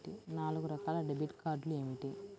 నాలుగు రకాల డెబిట్ కార్డులు ఏమిటి?